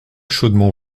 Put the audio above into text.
chaudement